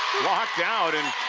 blocked out and